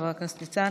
תודה, חבר הכנסת ניצן.